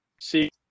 see